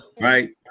right